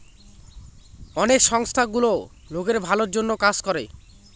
অনেক সংস্থা গুলো লোকের ভালোর জন্য কাজ করে